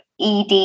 ed